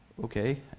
Okay